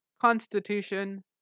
constitution